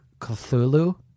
Cthulhu